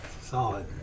Solid